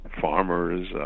farmers